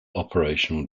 operational